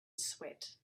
sweat